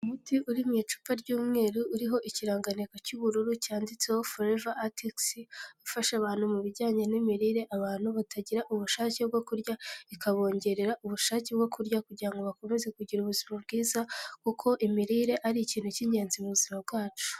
Umuti uri mu icupa ry'umweru uriho ikirangantego cy'ubururu cyanditseho forever arctic sea, ufasha abantu mu bijyanye n'imirire, abantu batagira ubushake bwo kurya ikabongerera ubushake bwo kurya, kugira ngo bakomeze kugira ubuzima bwiza kuko imirire ari ikintu cy'ingenzi mu buzima bwacu.